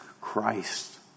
Christ